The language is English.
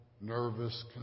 nervous